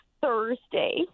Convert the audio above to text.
thursday